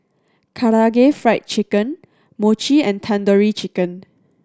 Karaage Fried Chicken Mochi and Tandoori Chicken